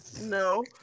No